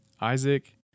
Isaac